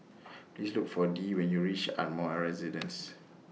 Please Look For Dee when YOU REACH Ardmore A Residence